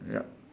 yup